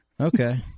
Okay